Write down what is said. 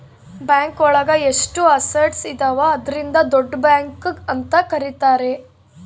bank ಒಳಗ ಎಷ್ಟು assets ಇದಾವ ಅದ್ರಿಂದ ದೊಡ್ಡ ಬ್ಯಾಂಕ್ ಅಂತ ಕರೀತಾರೆ